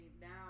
now